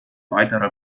weitere